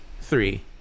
three